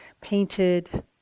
painted